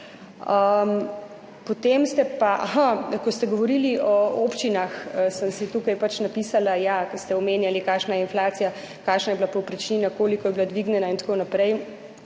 Potem ste pa … Aha, ko ste govorili o občinah, sem si tukaj pač napisala, ja, ko ste omenjali, kakšna je inflacija, kakšna je bila povprečnina, koliko je bila dvignjena in tako naprej.